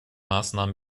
maßnahmen